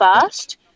first